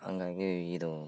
ಹಂಗಾಗಿ ಇದು